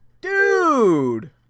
Dude